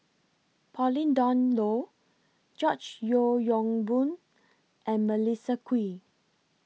Pauline Dawn Loh George Yeo Yong Boon and Melissa Kwee